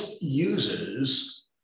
uses